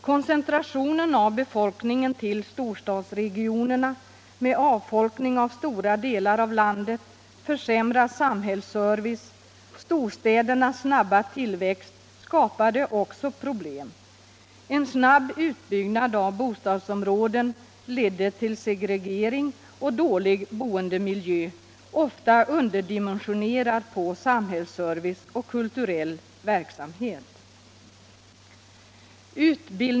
Koncentrationen av befolkningen till storstadsregionerna, storstädernas snabba tillväxt, avfolkning av stora delar av landet och försämrad samhällsservice skapade också problem. En snabb utbyggnad av bostadsområden ledde till segregering och dålig boendemiljö, ofta underdimensionerad på samhällsservice och kulturell verksamhet.